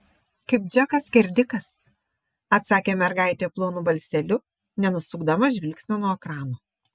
kaip džekas skerdikas atsakė mergaitė plonu balseliu nenusukdama žvilgsnio nuo ekrano